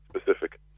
specific